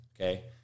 Okay